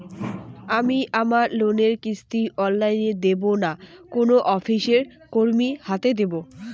আমি আমার লোনের কিস্তি অনলাইন দেবো না কোনো অফিসের কর্মীর হাতে দেবো?